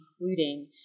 including